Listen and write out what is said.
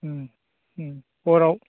हराव